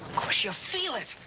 course, you feel it!